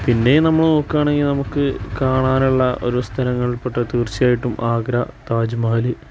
പിന്നെ നമ്മൾ നോക്കുകയാണെങ്കിൽ നമുക്ക് കാണാനുള്ള ഒരു സ്ഥലങ്ങൾ പെട്ട തീർച്ചയായിട്ടും ആഗ്ര താജ് മഹൽ